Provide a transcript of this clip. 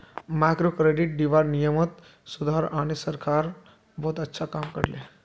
microcredit दीबार नियमत सुधार आने सरकार बहुत अच्छा काम कर ले